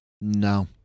No